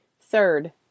Third